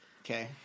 Okay